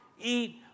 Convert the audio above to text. eat